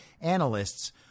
analysts